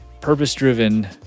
purpose-driven